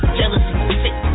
jealousy